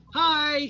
hi